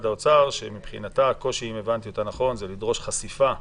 האוצר שמבחינתה הקושי הוא לדרוש חשיפה.